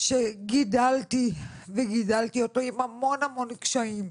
שגידלתי וגידלתי אותו עם המון קשיים,